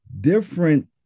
different